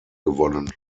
gewonnen